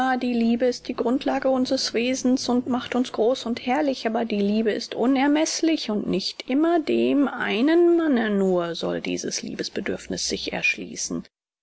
die liebe ist die grundlage unseres wesens und macht uns groß und herrlich aber die liebe ist unermeßlich und nicht immer dem einen manne nur soll dieses liebesbedürfniß sich erschließen